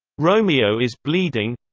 romeo is bleeding